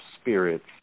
spirits